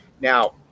Now